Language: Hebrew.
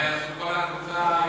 מה יעשו כל הקבוצה הימנית?